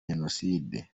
jenoside